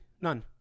None